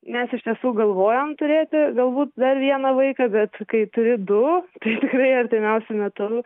mes iš tiesų galvojom turėti galbūt dar vieną vaiką bet kai turi du tai tikrai artimiausiu metu